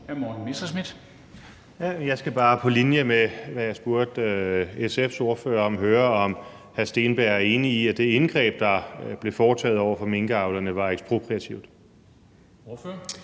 Jeg skal bare – på linje med, hvad jeg spurgte SF's ordfører om – høre, om hr. Andreas Steenberg er enig i, at det indgreb, der blev foretaget over for minkavlerne, var ekspropriativt.